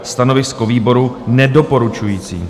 Stanovisko výboru je nedoporučující.